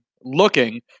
looking